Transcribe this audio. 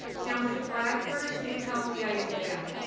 councillor bradford, you held the item down.